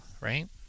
right